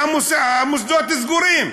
והמוסדות סגורים,